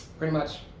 pretty much.